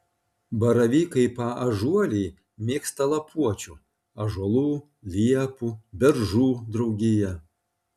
baravykai paąžuoliai mėgsta lapuočių ąžuolų liepų beržų draugiją